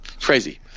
Crazy